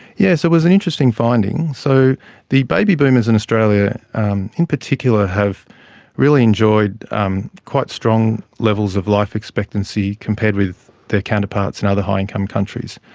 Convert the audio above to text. yes, it was an interesting finding. so the baby boomers in australia um in particular have really enjoyed um quite strong levels of life expectancy compared with their counterparts in other high income countries,